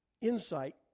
insight